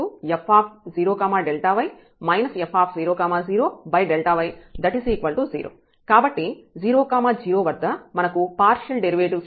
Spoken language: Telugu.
fx00fx0 f00x 0 fy00f0y f00y 0 కాబట్టి 0 0 వద్ద మనకు పార్షియల్ డెరివేటివ్స్ యొక్క ఉనికి ఉంది